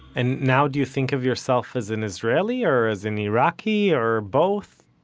and now do you think of yourself as an israeli or as an iraqi, or both?